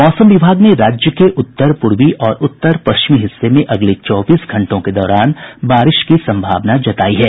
मौसम विभाग ने राज्य के उत्तर पूर्वी और उत्तर पश्चिमी हिस्से में अगले चौबीस घंटों के दौरान बारिश की संभावना जतायी है